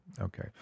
Okay